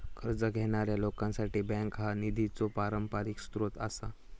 कर्ज घेणाऱ्या लोकांसाठी बँका हा निधीचो पारंपरिक स्रोत आसा